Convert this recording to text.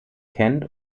kent